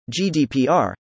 GDPR